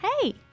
Hey